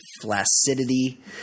flaccidity